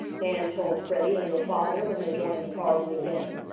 nan told freddie and her father when they joined the party again.